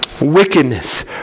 wickedness